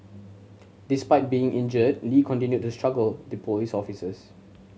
despite being injured Lee continued to struggle the police officers